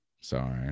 Sorry